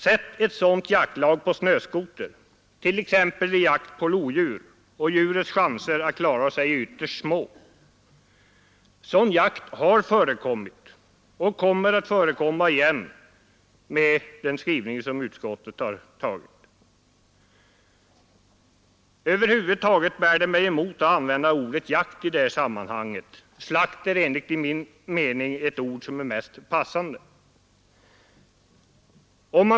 Sätt sedan ett sådant jaktlag på snöskoter, t.ex. vid jakt på lodjur, och djurets chanser att klara sig är ytterst små. Sådan jakt har förekommit och kommer att inträffa igen, med den skrivning som utskottet har framlagt. Över huvud taget bär det mig emot att använda ordet jakt i detta sammanhang. Slakt är enligt min mening det ord som är mest passande.